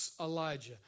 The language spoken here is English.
Elijah